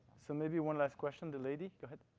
so maybe one last question. the lady, go ahead.